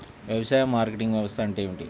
వ్యవసాయ మార్కెటింగ్ వ్యవస్థ అంటే ఏమిటి?